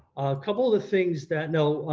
couple of the things that no,